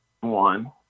one